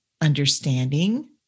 understanding